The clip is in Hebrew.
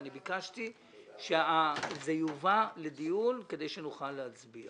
אני ביקשתי שזה יובא לדיון כדי שנוכל להצביע